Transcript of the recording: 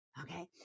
Okay